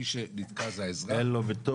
מי שנתקע זה האזרח -- אין לו ביטוח,